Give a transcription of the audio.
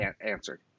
answered